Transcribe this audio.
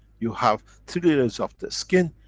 you have three layers of the skin,